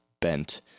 bent